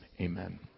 amen